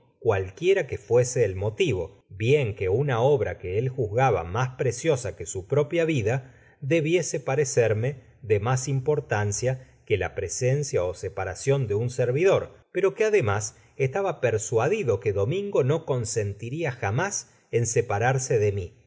cualquiera que fuese el motivo bien que una obra que él juzgaba mas preciosa que su propia vida debiese parecerme de mas importancia que la presencia ó separacion de un servidor pero que además estaba persuadido que domingo no consentiria jamás en separarse de mí